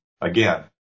Again